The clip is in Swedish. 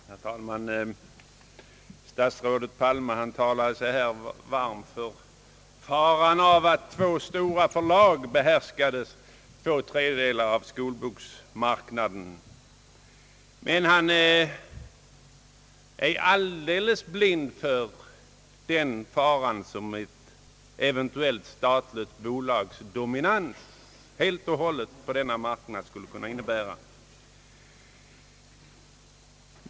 Herr talman! Statsrådet Palme talade sig varm för faran av att två stora förlag behärskade två tredjedelar av skolboksmarknaden, men han är alldeles blind för den fara som ett eventuellt statligt bolags dominans på denna marknad skulle kunna innebära.